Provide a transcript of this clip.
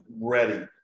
ready